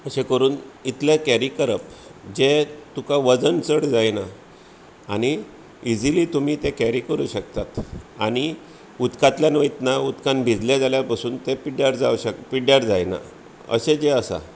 अशें करून इतलें कॅरी करप जें तुका वजन चड जायना आनी इजिली तुमी तें कॅरी करूंक शकतात आनी उदकांतल्यान वयतना उदकांत भिजले जाल्यार पासून तें पिड्ड्यार जावंक शकता पिड्ड्यार जायना अशें जें आसा